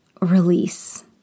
release